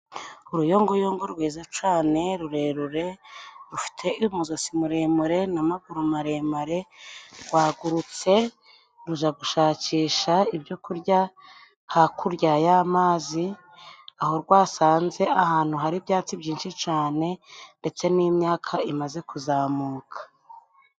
Uruyongoyongo rwiza cane rurerure , rufite umuzosi muremure n'amaguru maremare. Rwagurutse ruza gushakisha ibyo kurya hakurya y'amazi. Aho rwasanze ahantu hari ibyatsi byinshi cane ndetse n'imyaka imaze kuzamuka.